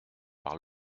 par